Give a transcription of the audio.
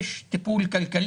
יש טיפול כלכלי,